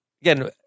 Again